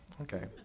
okay